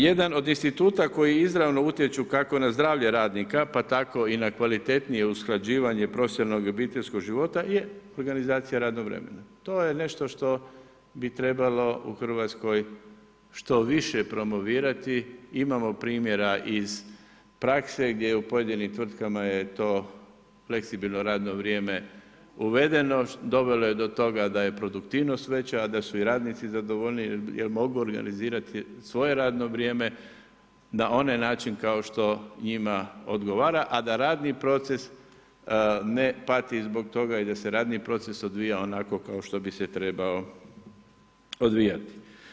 Jedan od instituta koji izravno utječu kako da zdravlje radnika pa tako i kvalitetnije usklađivanje profesionalnoga i obiteljskog života je organizacija radnog vremena, to je nešto što bi trebalo u Hrvatskoj što više promovirati, imamo primjera iz prakse gdje u pojedinim tvrtkama je to fleksibilno radno vrijeme uvedeno, dovelo je do toga da je produktivnost veća a da su i radnici zadovoljniji jer mogu organizirati svoje radno vrijeme na onaj način kao što njima odgovara a da radni proces ne pati zbog toga i da se radni proces odvija onako kao što bi se trebao odvijati.